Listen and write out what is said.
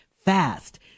fast